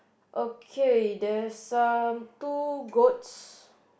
okay there's a two goats